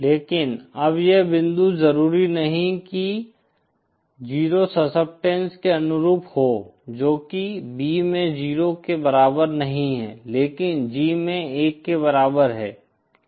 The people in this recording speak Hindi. लेकिन अब यह बिंदु जरूरी नहीं कि 0 सस्केपटेन्स के अनुरूप हो जो कि b में 0 के बराबर नहीं है लेकिन G में 1 के बराबर है